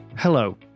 Hello